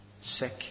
sick